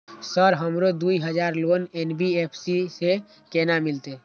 Sir हमरो दूय हजार लोन एन.बी.एफ.सी से केना मिलते?